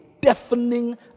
deafening